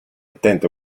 attento